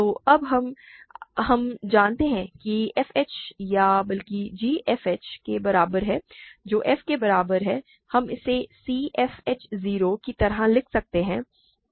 तो अब हम जानते हैं कि f h या बल्कि g f h के बराबर है जो f के बराबर है हम इसे c f h 0 की तरह लिख सकते हैं